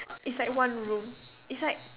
it's like one room it's like